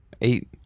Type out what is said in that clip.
eight